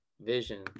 vision